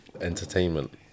Entertainment